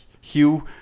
Hugh